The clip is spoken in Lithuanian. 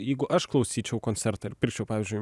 jeigu aš klausyčiau koncertą ir pirkčiau pavyzdžiui